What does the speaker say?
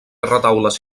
retaules